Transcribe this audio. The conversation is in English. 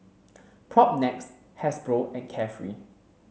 Propnex Hasbro and Carefree